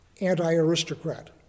anti-aristocrat